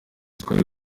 twari